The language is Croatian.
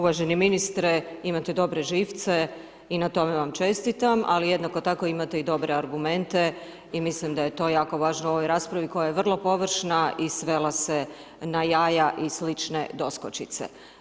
Uvaženi ministre imate dobre živce i na tome vam čestitam, ali jednako tako imate i dobre argumente i mislim da je to jako važno u ovoj raspravi koja je vrlo površna i svela se na jaja i slične doskočice.